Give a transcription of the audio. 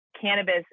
cannabis